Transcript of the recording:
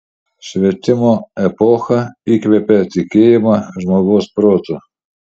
švietimo epocha įkvėpė tikėjimą žmogaus protu